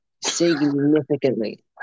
significantly